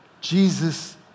Jesus